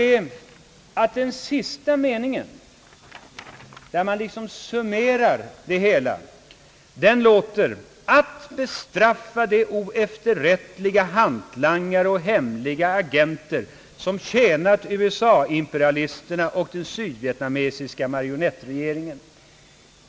Den sista meningen, i vilken man summerar FNL-programmet, lyder: »Att bestraffa de oefterrättliga hantlangare och hemliga agenter som tjänat USA imperialisterna och den sydvietnamesiska marionettregeringen».